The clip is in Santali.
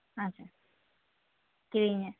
ᱟᱪᱪᱷᱟ ᱛᱮᱦᱤᱧᱟᱜ